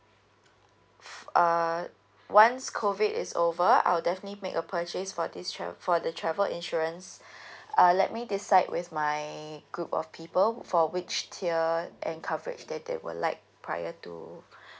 uh once COVID is over I'll definitely make a purchase for this trav~ for the travel insurance uh let me decide with my group of people for which tier and coverage that they would like prior to